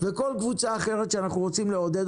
כל קבוצה אחרת שאנחנו רוצים לעודד